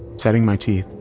setting my teeth,